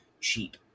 cheap